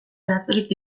arazorik